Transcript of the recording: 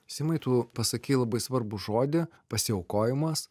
simai tu pasakei labai svarbų žodį pasiaukojimas